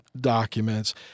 documents